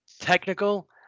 technical